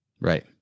Right